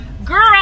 Girl